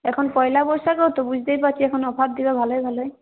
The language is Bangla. এখন পয়লা বৈশাখও তো বুঝতেই পারছিস এখন অফার দেবে ভালোই ভালোই